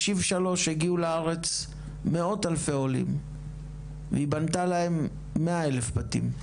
ב-63 הגיעו לארץ מאות אלפי עולים והיא בנתה להם מאה אלף בתים.